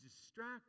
distracted